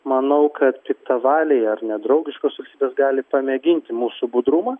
manau kad piktavaliai ar nedraugiškos valstybės gali pamėginti mūsų budrumą